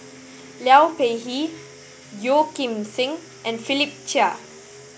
Liu Peihe Yeo Kim Seng and Philip Chia